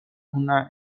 una